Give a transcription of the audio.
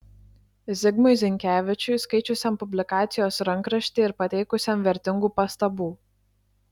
zigmui zinkevičiui skaičiusiam publikacijos rankraštį ir pateikusiam vertingų pastabų